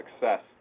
success